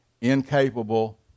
incapable